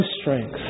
strength